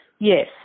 Yes